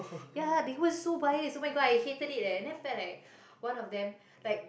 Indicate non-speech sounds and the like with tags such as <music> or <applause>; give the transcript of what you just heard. <breath> ya they were so biased oh-my-god I hated it and then after like one of them like